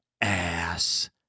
ass